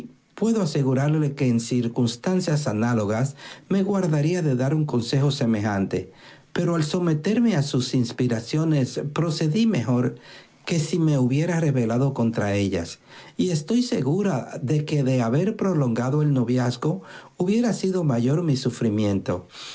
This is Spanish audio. puedo asegurarle que en circunstancias análogas me guardaría de dar un consejo semejante pero al someterme a sus inspiraciones procedí mejor que si me hubiera rebelado contra ellas y estoy segura de que de haber prolongado el noviazgo hubiera sido mayor mi sufrimiento